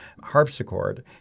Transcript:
harpsichord